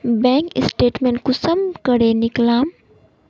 Bank statement कुंसम करे निकलाम?